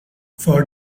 for